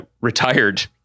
retired